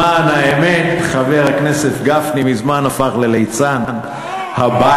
למען האמת, חבר הכנסת גפני מזמן הפך לליצן הבית.